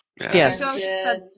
Yes